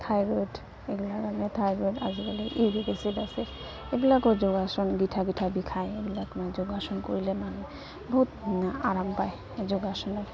thyroid thyroid আজিকালি uric acid আছে এইবিলাকো যোগাসন বিষায় এইবিলাক মানে যোগাসন কৰিলে মানে বহুত আৰাম পায় যোগাসনত